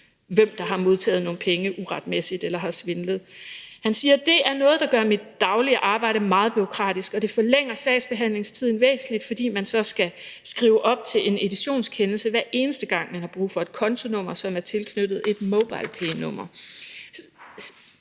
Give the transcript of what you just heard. hvem der har modtaget nogle penge uretmæssigt eller har svindlet. Han siger: Det er noget, der gør mit daglige arbejde meget bureaukratisk, og det forlænger sagsbehandlingstiden væsentligt, fordi man så skal skrive op til en editionskendelse, hver eneste gang man har brug for et kontonummer, som er tilknyttet et mobilepaynummer.